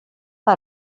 per